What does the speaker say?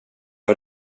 har